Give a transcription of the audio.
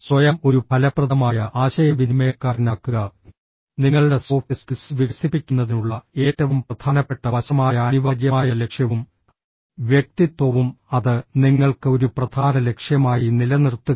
സ്വയം ഒരു ഫലപ്രദമായ ആശയവിനിമയക്കാരനാക്കുക നിങ്ങളുടെ സോഫ്റ്റ് സ്കിൽസ് വികസിപ്പിക്കുന്നതിനുള്ള ഏറ്റവും പ്രധാനപ്പെട്ട വശമായ അനിവാര്യമായ ലക്ഷ്യവും വ്യക്തിത്വവും അത് നിങ്ങൾക്ക് ഒരു പ്രധാന ലക്ഷ്യമായി നിലനിർത്തുക